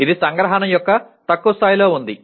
ఇది సంగ్రహణ యొక్క తక్కువ స్థాయిలో ఉంది